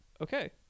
okay